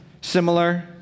similar